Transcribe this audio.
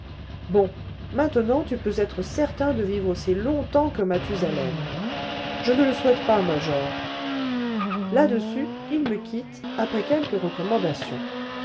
bon maintenant tu peux être certain de vivre aussi longtemps que mathusalem je ne le souhaite pas major là-dessus il me quitte après quelques recommandations